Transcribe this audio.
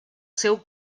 seu